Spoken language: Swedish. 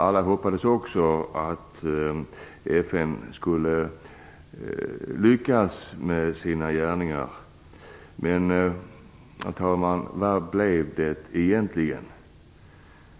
Alla hoppades också att FN skulle lyckas med sina gärningar. Men, herr talman, hur blev det egentligen?